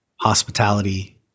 hospitality